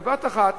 בבת-אחת